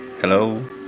Hello